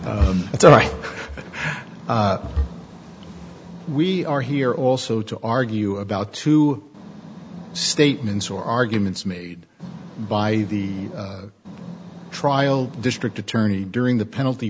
right we are here also to argue about two statements or arguments made by the trial district attorney during the penalty